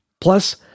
Plus